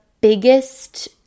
biggest